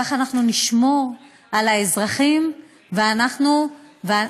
ככה אנחנו נשמור על האזרחים זה חוק שדופק את האזרחים.